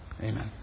Amen